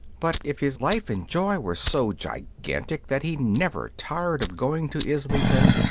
but if his life and joy were so gigantic that he never tired of going to islington,